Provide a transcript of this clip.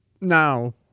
now –